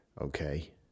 Okay